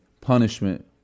punishment